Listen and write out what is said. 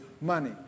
money